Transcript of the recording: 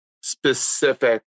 specific